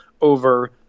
over